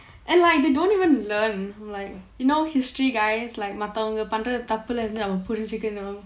and like they don't even learn from like you know history guys like மத்தவங்க பண்ற தப்புல இருந்து அவங்க புரிஞ்சிக்கனும்:mathavanga pandra thappula irunthu avanga purinjikkanum